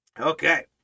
okay